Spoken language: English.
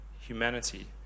humanity